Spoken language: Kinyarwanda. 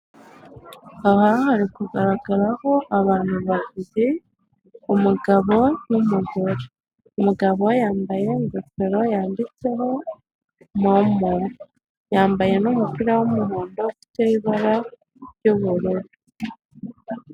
Aha hari kugaragaraho abantu babiri umugabo n'umugore, umugabo yambaye ingofero yanditseho momo, yambaye n'umupira w'umuhondo ufite ibara ry'ubururu.